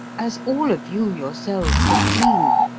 as all of you yourselves have been.